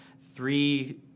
three